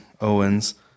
Owens